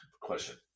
question